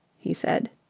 he said.